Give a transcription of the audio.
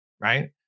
right